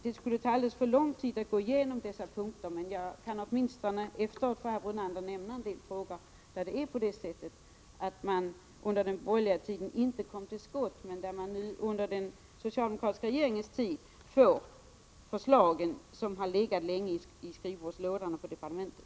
Det skulle ta alldeles för lång tid att gå igenom alla sådana frågor, men eftersom Lennart Brunander talade om att man fick avvakta ville jag nämna att man under den borgerliga tiden inte kom till skott när det gäller en del frågor, men att riksdagen nu under den socialdemokratiska regeringens tid får ta ställning till förslag i frågor som har legat länge i skrivbordslådorna på departementet.